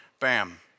Bam